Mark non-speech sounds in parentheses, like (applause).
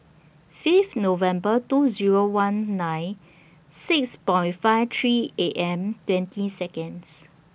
Fifth November two Zero one nine six (unintelligible) five three A M twenty Seconds